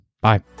Bye